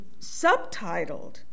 subtitled